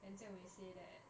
then jian wei say that